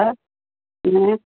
hello ம்